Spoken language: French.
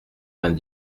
vingt